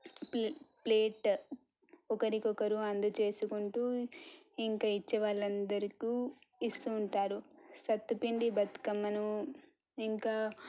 play plate ఒకరికొకరు అందచేసుకుంటూ ఇంక ఇచ్చే వాళ్ళ అందరకీ ఇస్తూ ఉంటారు సత్తుపిండి బతుకమ్మను ఇంకా